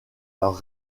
leur